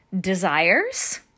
desires